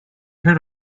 heard